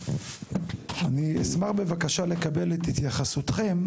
אני אשמח בבקשה לקבל את התייחסותכם